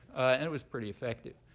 and it was pretty effective,